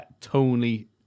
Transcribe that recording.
Tony